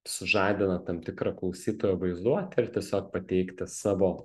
sužadina tam tikrą klausytojo vaizduotę ir tiesiog pateikti savo